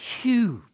Huge